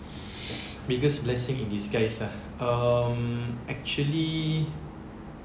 biggest blessing in disguise ah um actually